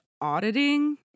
auditing